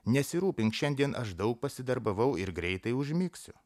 nesirūpink šiandien aš daug pasidarbavau ir greitai užmigsiu